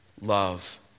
love